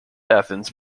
athens